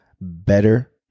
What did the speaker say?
better